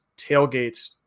tailgates